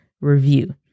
review